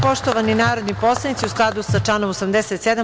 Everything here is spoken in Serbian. Poštovani narodni poslanici, u skladu sa članom 87.